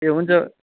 ए हुन्छ